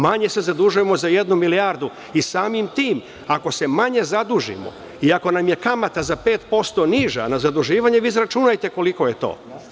Manje se zadužujemo za jednu milijardu i samim tim ako se manje zadužimo i ako nam je kamata za 5% niža na zaduživanje, viizračunajte koliko je to.